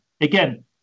again